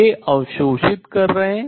ये अवशोषित कर रहे हैं